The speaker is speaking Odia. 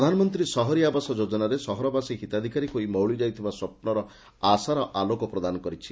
ପ୍ରଧାନମନ୍ତୀ ସହରୀ ଆବାସ ଯୋଜନାରେ ସହରବାସୀ ହିତାଧକାରୀ ହୋଇ ମଉଳି ଯାଇଥିବା ସ୍ୱପ୍ନ ଆଶାର ଆଲୋକ ପ୍ରଦାନ କରିଛି